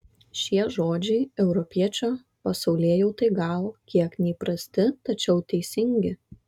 šie žodžiai europiečio pasaulėjautai gal kiek neįprasti tačiau teisingi